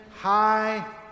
high